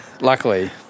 Luckily